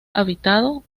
habitado